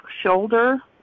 shoulder